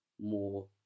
more